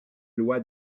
loi